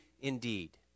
indeed